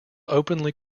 openly